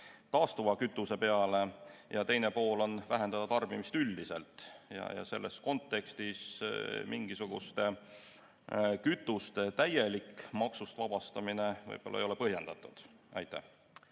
taastuva kütuse peale, ja teine pool on vähendada tarbimist üldiselt. Ja selles kontekstis mingisuguste kütuste täielik maksust vabastamine võib-olla ei ole põhjendatud.